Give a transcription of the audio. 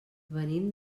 venim